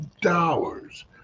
dollars